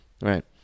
Right